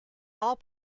all